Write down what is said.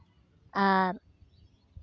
ᱟᱨ